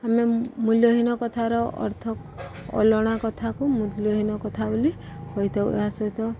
ଆମେ ମୂଲ୍ୟହୀନ କଥାର ଅର୍ଥ ଅଲଣା କଥାକୁ ମୂଲ୍ୟହୀନ କଥା ବୋଲି ହୋଇଥାଉ ଏହା ସହିତ